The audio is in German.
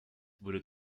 wurde